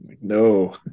no